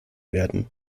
werden